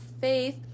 faith